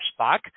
spock